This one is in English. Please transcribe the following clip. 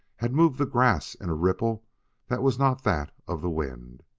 had moved the grass in a ripple that was not that of the wind.